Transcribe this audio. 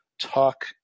talk